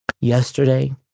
yesterday